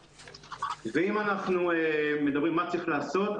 אם אנחנו מדברים על מה צריך לעשות,